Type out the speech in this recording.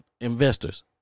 investors